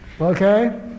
Okay